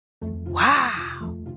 Wow